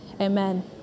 amen